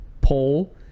pole